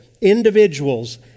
individuals